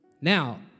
Now